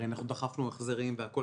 הרי אנחנו דחפנו החזרים והכל,